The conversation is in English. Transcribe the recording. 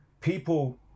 people